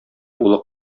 улы